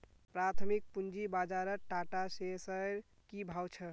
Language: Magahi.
प्राथमिक पूंजी बाजारत टाटा शेयर्सेर की भाव छ